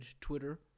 Twitter